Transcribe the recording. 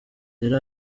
yari